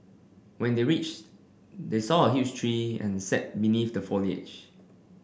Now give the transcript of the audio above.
when they reached they saw a huge tree and sat beneath the foliage